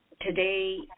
today